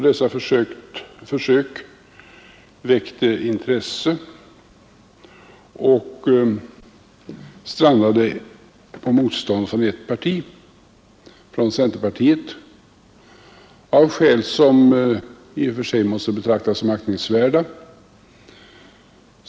Dessa försök väckte intresse men strandade på motstånd från ett parti, centerpartiet, av skäl som i och för sig måste betraktas såsom aktningsvärda.